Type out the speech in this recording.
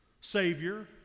Savior